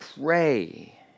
pray